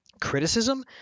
criticism